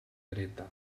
dreta